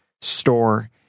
store